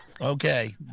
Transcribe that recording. okay